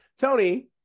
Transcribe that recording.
Tony